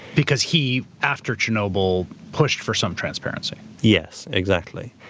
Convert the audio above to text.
because he, after chernobyl, pushed for some transparency. yes, exactly.